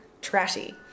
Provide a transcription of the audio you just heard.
trashy